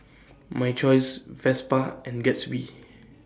My Choice Vespa and Gatsby